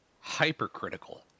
hypercritical